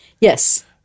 Yes